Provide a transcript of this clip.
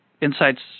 insights